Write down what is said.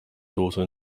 daughter